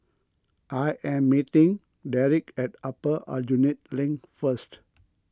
I am meeting Derik at Upper Aljunied Link first